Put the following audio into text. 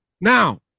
Now